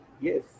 Yes